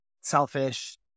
selfish